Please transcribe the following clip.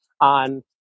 on